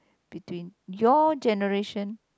between your generation